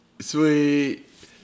Sweet